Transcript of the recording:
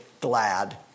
glad